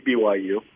BYU